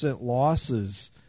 losses